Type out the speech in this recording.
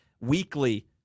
weekly